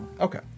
Okay